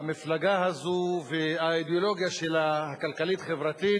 המפלגה הזאת, האידיאולוגיה שלה, הכלכלית-חברתית,